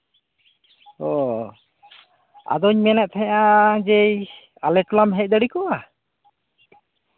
ᱚ ᱟᱫᱚᱧ ᱢᱮᱱᱮᱛ ᱛᱟᱦᱮᱱᱟ ᱡᱮ ᱟᱞᱮ ᱴᱷᱚᱞᱟᱢ ᱦᱮᱡ ᱫᱟᱲᱮ ᱠᱚᱜᱼᱟ